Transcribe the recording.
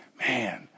man